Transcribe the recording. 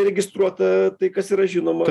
registruota tai kas yra žinoma